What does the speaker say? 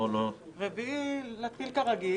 ביום רביעי להתחיל כרגיל.